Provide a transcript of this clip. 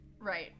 Right